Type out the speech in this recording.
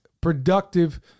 productive